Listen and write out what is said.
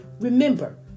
Remember